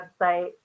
website